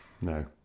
No